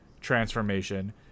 transformation